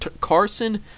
Carson